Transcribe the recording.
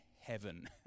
heaven